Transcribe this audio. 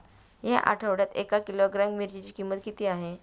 या आठवड्यात एक किलोग्रॅम मिरचीची किंमत किती आहे?